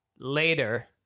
later